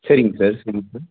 சரிங்க சார் சரிங்க சார்